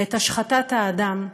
ואת השחתת האדם,